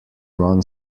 run